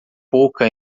pouca